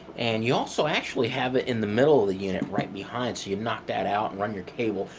and you also actually have it in the middle of the unit right behind, so you knock that out and run your cable,